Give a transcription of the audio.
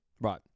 Right